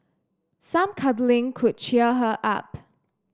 some cuddling could cheer her up